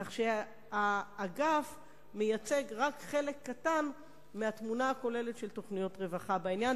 כך שהאגף מייצג רק חלק קטן מהתמונה הכוללת של תוכניות רווחה בעניין.